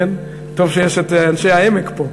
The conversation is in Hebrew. טוב שאנשי העמק פה,